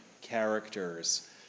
characters